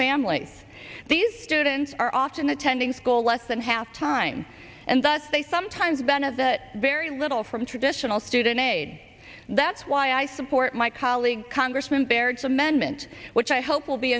families these students are often attending school less than half the time and that's they sometimes ben of that very little from traditional student aid that's why i support my colleague congressman baird for amendment which i hope will be